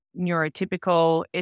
neurotypical